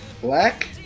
Black